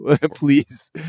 Please